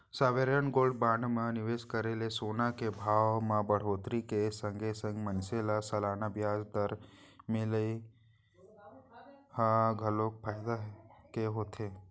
sovereign gold bond म निवेस करे ले सोना के भाव म बड़होत्तरी के संगे संग मनसे ल सलाना बियाज दर मिलई ह घलोक फायदा के होथे